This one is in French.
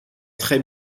très